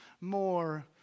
more